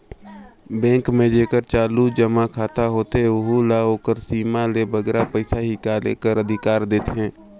bank में जेकर चालू जमा खाता होथे ओहू ल ओकर सीमा ले बगरा पइसा हिंकाले कर अधिकार देथे